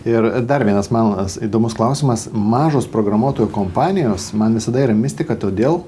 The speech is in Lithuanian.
ir dar vienas man įdomus klausimas mažos programuotojų kompanijos man visada yra mistika todėl